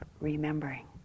remembering